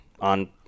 on